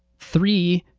three,